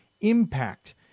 impact